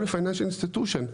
או ל-financial institution,